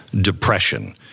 depression